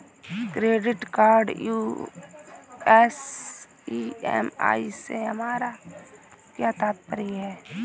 Credit card US EMI से हमारा क्या तात्पर्य है?